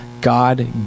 God